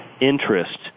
interest